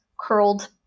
curled